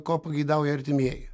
ko pageidauja artimieji